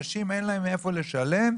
אנשים, אין להם מאיפה לשלם.